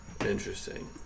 Interesting